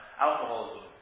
alcoholism